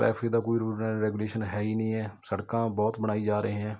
traffic ਦਾ ਕੋਈ rule regulation ਹੈ ਹੀ ਨਹੀਂ ਹੈ ਸੜਕਾਂ ਬਹੁਤ ਬਣਾਈ ਜਾ ਰਹੇ ਹੈ